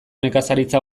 nekazaritza